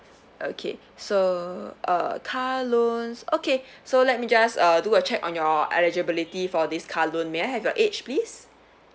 okay so uh car loans okay so let me just uh do a check on your eligibility for this car loan may I have your age please